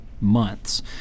months